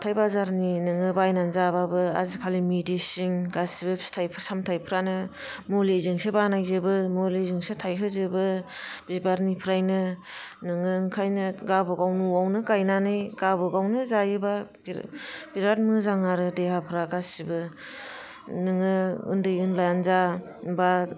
हाथाय बाजारनि नोङाे बायनानै जाब्लाबो आजिखालि मिदिसिन गासिबो फिथाइ सामथाइफ्रानो मुलिजोंसो बानायजोबो मुलिजोंसो थाइहोजोबो बिबारनिफ्रायनो नोङो ओंखायनो गाबागाव न'आवनो गायनानै गाबागावनो जायोबा बिराद मोजां आरो देहाफ्रा गासिबो नोङो ओन्दै ओनलायानो जा बा